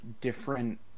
different